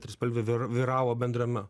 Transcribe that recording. trispalvė vyr vyravo bendrame